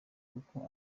uko